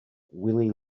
willy